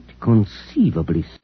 conceivably